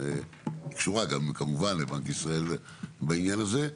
שקשורה גם כמובן לבנק ישראל בעניין הזה,